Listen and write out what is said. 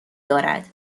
دارد